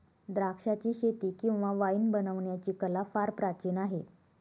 द्राक्षाचीशेती किंवा वाईन बनवण्याची कला फार प्राचीन आहे